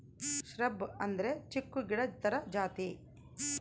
shrub ಅಂದ್ರೆ ಚಿಕ್ಕು ಗಿಡ ತರ ಜಾತಿ